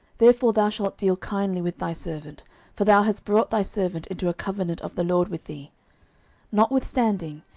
therefore thou shalt deal kindly with thy servant for thou hast brought thy servant into a covenant of the lord with thee notwithstanding,